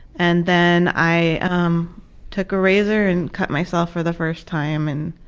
and then i um took a razor and cut myself for the first time. and